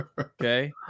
Okay